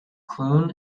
clun